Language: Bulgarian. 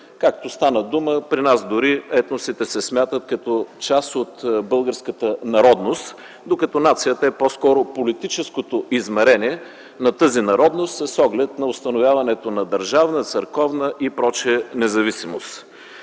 Както стана дума, при нас дори етносите се смятат като част от българската народност, докато нацията е по-скоро политическото измерение на тази народност с оглед установяването на държавна, църковна и прочее независимост.